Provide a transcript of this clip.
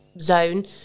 zone